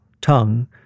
tongue